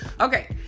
Okay